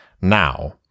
Now